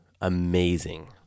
amazing